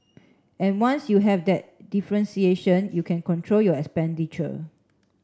and once you have that differentiation you can control your expenditure